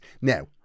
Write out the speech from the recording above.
now